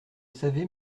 savez